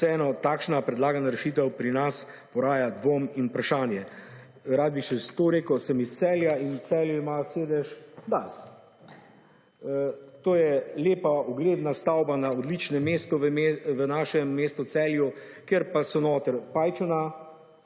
vseeno takšna predlagana rešitev pri nas poraja dvom in vprašanje. Rad bi še to rekel. Sem iz Celja in Celje ima sedež DARS. To je lepa ugledna stavba na odličnem mestu v našem mestu Celju, kjer pa so notri pajčevina,